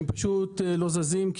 הם פשוט לא זזים,